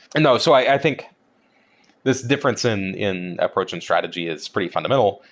and so i think this difference in in approach in strategy is pretty fundamental,